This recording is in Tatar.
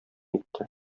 итте